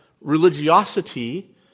religiosity